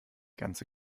ganze